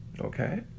okay